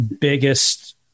biggest